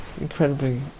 incredibly